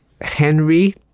Henry